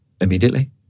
immediately